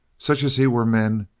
such as he were men,